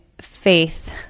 faith